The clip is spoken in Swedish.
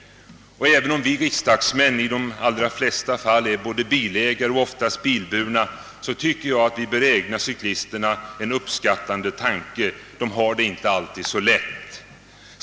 Även om vi riksdagsmän i de flesta fall är bilägare och i varje fall bilburna tycker jag att vi bör ägna cyklisterna en tanke — de har det inte alltid så lätt.